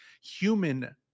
human